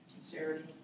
sincerity